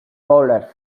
boulders